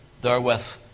therewith